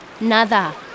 Nada